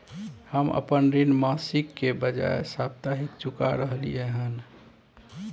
हम अपन ऋण मासिक के बजाय साप्ताहिक चुका रहलियै हन